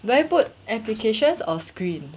do I put applications or screen